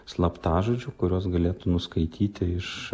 slaptažodžių kurios galėtų nuskaityti iš